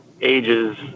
ages